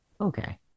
okay